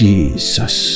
Jesus